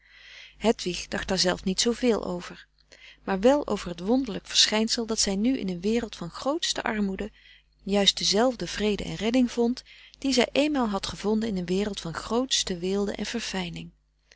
hedwig dacht daar zelf niet zooveel over maar wel over het wonderlijk verschijnsel dat zij nu in een wereld van grootste armoede juist dezelfde vrede en redding vond die zij eenmaal had gevonden in een wereld van grootste weelde en verfijning